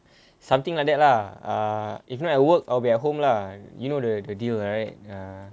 something like that lah ah if not at work I'll be at home lah you know the the deal right ah